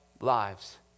lives